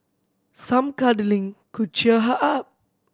some cuddling could cheer her up